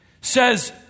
says